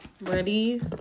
Ready